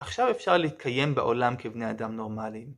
עכשיו אפשר להתקיים בעולם כבני אדם נורמליים.